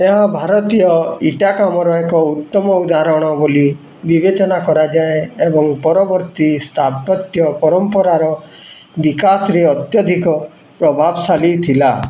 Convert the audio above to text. ଏହା ଭାରତୀୟ ଇଟା କାମର ଏକ ଉତ୍ତମ ଉଦାହରଣ ବୋଲି ବିବେଚନା କରାଯାଏ ଏବଂ ପରବର୍ତ୍ତୀ ସ୍ଥାପତ୍ୟ ପରମ୍ପରାର ବିକାଶରେ ଅତ୍ୟଧିକ ପ୍ରଭାବଶାଲୀ ଥିଲା